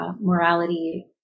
morality